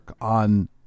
on